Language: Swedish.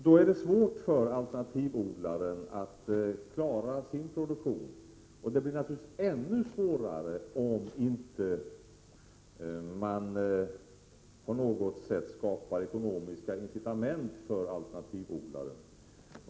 Det är därför svårt för alternativodlare att klara sin produktion, och det blir naturligtvis ännu svårare om det inte på något sätt skapas ekonomiska incitament för alternativodlare.